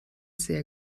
sehr